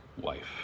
wife